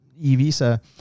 e-visa